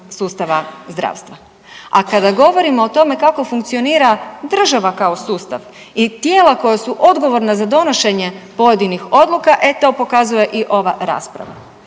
sustava zdravstva. A kada govorimo o tome kako funkcionira država kao sustav i tijela koja su odgovorna za donošenje pojedinih odluka, e to pokazuje i ova rasprava.